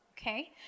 Okay